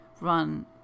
run